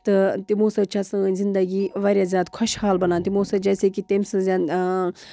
تہٕ تِمو سۭتۍ چھےٚ سٲنۍ زنٛدگی واریاہ زیادٕ خۄشحال بَنان تِمو سۭتۍ جیسے کہِ تٔمۍ سٕنٛز آ